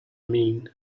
mean